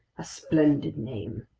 a splendid name!